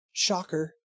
Shocker